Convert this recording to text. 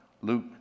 Luke